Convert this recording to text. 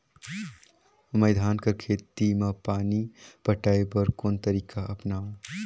मैं धान कर खेती म पानी पटाय बर कोन तरीका अपनावो?